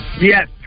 Yes